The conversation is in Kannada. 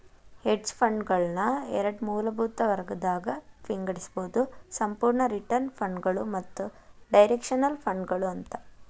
ಹೆಡ್ಜ್ ಫಂಡ್ಗಳನ್ನ ಎರಡ್ ಮೂಲಭೂತ ವರ್ಗಗದಾಗ್ ವಿಂಗಡಿಸ್ಬೊದು ಸಂಪೂರ್ಣ ರಿಟರ್ನ್ ಫಂಡ್ಗಳು ಮತ್ತ ಡೈರೆಕ್ಷನಲ್ ಫಂಡ್ಗಳು ಅಂತ